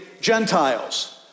Gentiles